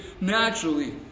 naturally